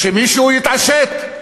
שמישהו יתעשת,